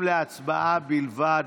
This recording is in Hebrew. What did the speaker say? להצבעה בלבד.